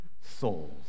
souls